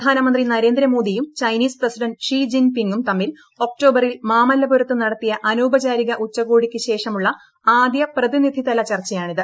പ്രധാനമന്ത്രി നരേന്ദ്രമോദിയും Chinese president Xi ജിൻപിങും തമ്മിൽ ഒക്ടോബറിൽ മാമല്ലപുരത്ത് നടത്തിയ അനൌപചാരിക ഉച്ചകോടിക്ക് ശേഷമുള്ള ആദ്യ പ്രതിനിധിതല ചർച്ചയാണിത്